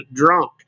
drunk